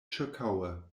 ĉirkaŭe